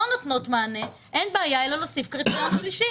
נותנות מענה אין אלא להוסיף קריטריון שלישי.